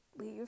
leave